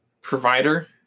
provider